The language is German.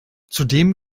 zudem